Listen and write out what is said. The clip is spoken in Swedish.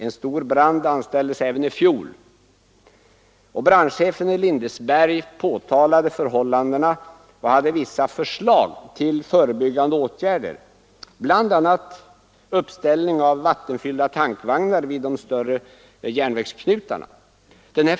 En stor brand anställdes även i fjol. Brandchefen i Lindesberg påtalade då förhållandena och hade vissa förslag till förebyggande åtgärder, bl.a. uppställning av vattenfyllda tankvagnar vid de större järnvägsknutarna.